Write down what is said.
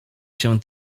się